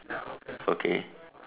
okay